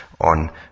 on